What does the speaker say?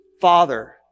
father